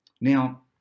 Now